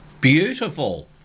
Beautiful